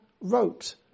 wrote